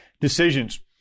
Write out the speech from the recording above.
decisions